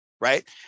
Right